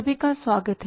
सभी का स्वागत है